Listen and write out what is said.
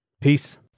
Peace